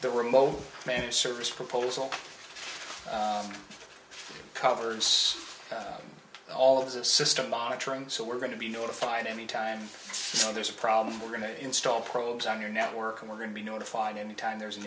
the remote managed service proposal covers all of the system monitoring so we're going to be notified any time so there's a problem we're going to install probes on your network and we're going to be notified anytime there's an